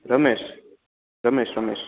Ramesh Ramesh Ramesh